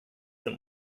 them